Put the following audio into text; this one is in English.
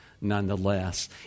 nonetheless